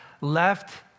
left